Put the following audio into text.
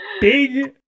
Big